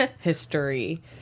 history